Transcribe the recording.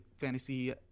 fantasy